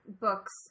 books